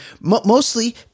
mostly